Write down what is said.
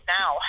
now